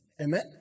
Amen